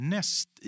Näst